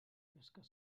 pescar